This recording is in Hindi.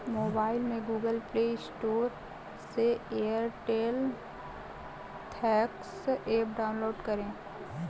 मोबाइल में गूगल प्ले स्टोर से एयरटेल थैंक्स एप डाउनलोड करें